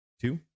two